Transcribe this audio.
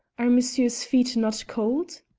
are monsieur's feet not cold?